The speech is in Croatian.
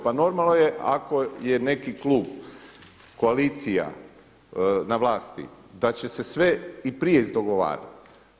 Pa normalno je ako je neki klub, koalicija na vlasti da će se sve i prije izdogovarati.